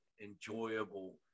enjoyable